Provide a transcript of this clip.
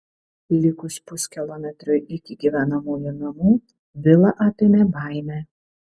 likus puskilometriui iki gyvenamųjų namų vilą apėmė baimė